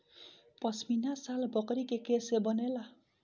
पश्मीना शाल बकरी के केश से बनेला